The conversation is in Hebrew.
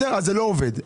זה לא עובד.